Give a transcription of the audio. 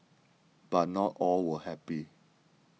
but not all were happy